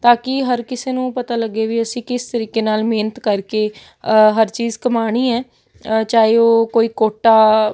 ਤਾਂ ਕਿ ਹਰ ਕਿਸੇ ਨੂੰ ਪਤਾ ਲੱਗੇ ਵੀ ਅਸੀਂ ਕਿਸ ਤਰੀਕੇ ਨਾਲ ਮਿਹਨਤ ਕਰਕੇ ਹਰ ਚੀਜ਼ ਕਮਾਉਣੀ ਹੈ ਚਾਹੇ ਉਹ ਕੋਈ ਕੋਟਾ